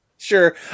Sure